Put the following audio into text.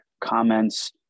comments